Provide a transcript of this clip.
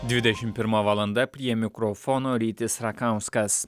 dvidešimt pirma valanda prie mikrofono rytis rakauskas